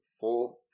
four